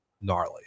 gnarly